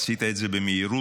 עשית את זה במהירות.